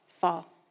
fall